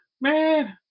man